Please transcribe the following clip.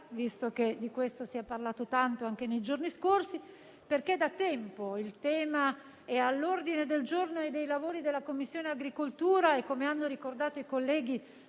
visto che di questo si è parlato tanto anche nei giorni scorsi, perché da tempo il tema è all'ordine del giorno e dei lavori della Commissione agricoltura e, come hanno ricordato i colleghi,